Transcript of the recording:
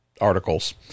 articles